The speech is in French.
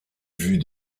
vue